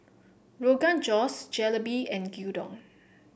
Rogan Josh Jalebi and Gyudon